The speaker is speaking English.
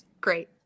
Great